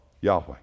Yahweh